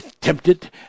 tempted